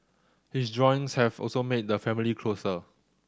his drawings have also made the family closer